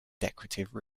decorative